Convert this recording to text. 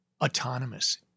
autonomous